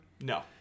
No